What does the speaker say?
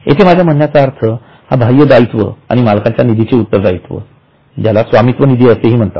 येथे माझ्या म्हणण्याचा अर्थ हा बाह्य दायित्व आणि मालकांच्या निधीचे उत्तरदायित्व ज्याला स्वामित्व निधीअसे म्हणतात